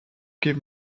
give